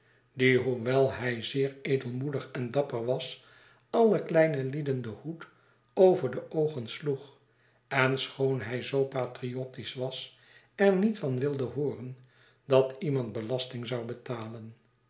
die hoewel hij zeer edelmoedig en dapper was alle kleine lieden den hoed over de oogen sloeg en schoon hij zoo patriottisch was er niet van wilde hooren dat iemand belasting zou betalen